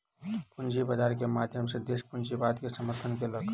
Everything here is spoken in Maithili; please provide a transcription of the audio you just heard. पूंजी बाजार के माध्यम सॅ देस पूंजीवाद के समर्थन केलक